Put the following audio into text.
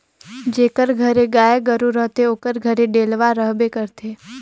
जेकर घरे गाय गरू रहथे ओकर घरे डेलवा रहबे करथे